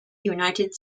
united